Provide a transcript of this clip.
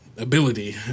ability